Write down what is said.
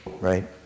right